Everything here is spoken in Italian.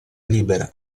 libera